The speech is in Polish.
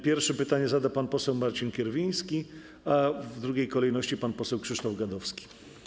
Pierwszy pytanie zada pan poseł Marcin Kierwiński, a w drugiej kolejności pan poseł Krzysztof Gadowski.